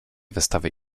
wystawy